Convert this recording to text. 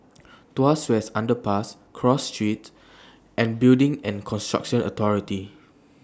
Tuas West Underpass Cross Street and Building and Construction Authority